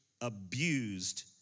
abused